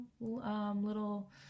little